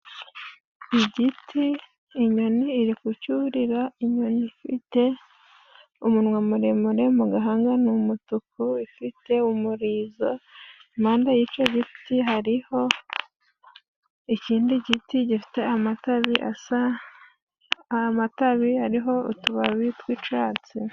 Igiti inyoni iri kucyurira. Inyoni ifite umunwa muremure, mu gahanga ni umutuku. Ifite umurizo impande y'ico giti hariho ikindi giti gifite amatabi asa, amatabi ariho utubabi tw'icatsi.